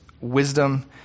wisdom